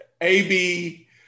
AB